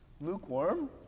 lukewarm